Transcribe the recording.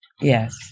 Yes